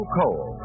coal